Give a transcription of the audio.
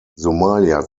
somalia